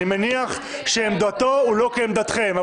אני מניח שעמדתו לא כעמדתכם,